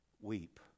weep